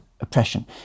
oppression